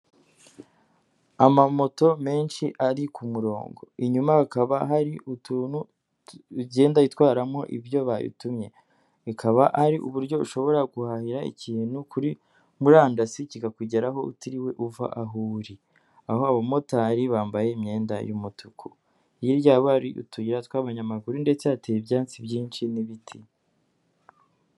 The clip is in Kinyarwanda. Amamoto menshi ari ku murongo inyuma hakaba hari utuntu igenda itwaramo ibyo bayitumye bikaba ari uburyo ushobora guhahira ikintu kuri murandasi kikakugeraho utiriwe uva aho uri, aho abamotari bambaye imyenda y'umutuku hirya yabo hari utuyira tw'abanyamaguru ndetse hateye ibyatsi byinshi n'ibiti.